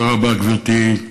תודה רבה, גברתי.